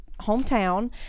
hometown